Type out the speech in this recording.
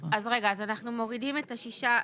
אז אנחנו מורידים את השישה?